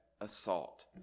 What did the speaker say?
assault